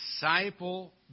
disciple